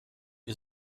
wie